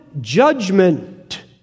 judgment